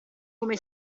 come